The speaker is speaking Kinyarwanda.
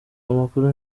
amakuru